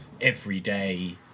everyday